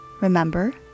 remember